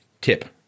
tip